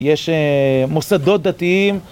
יש מוסדות דתיים